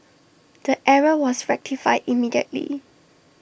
the error was rectified immediately